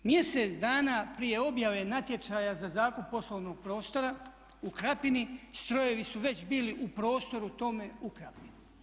Mjesec dana prije objave natječaja za zakup poslovnog prostora u Krapini strojevi su već bili u prostoru tome u Krapini.